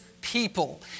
people